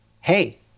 hey